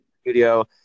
studio